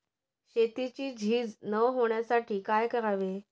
शेतीची झीज न होण्यासाठी काय करावे?